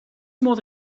modd